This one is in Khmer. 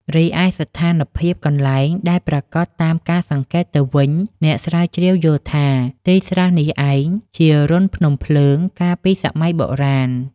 រីឯស្ថានភាពកន្លែង ដែលប្រាកដតាមការសង្កេតទៅវិញ អ្នកស្រាវជ្រាវយល់ថា ទីស្រះនេះឯង ជារន្ធភ្នំភ្លើងកាលពីសម័យបុរាណ។